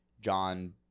John